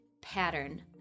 Pattern